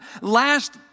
last